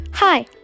Hi